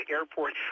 Airport